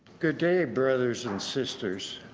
good day brothers and sisters.